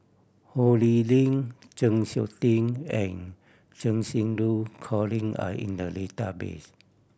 Ho Lee Ling Chng Seok Tin and Cheng Xinru Colin are in the database